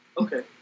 Okay